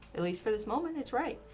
at least for this moment, it's right.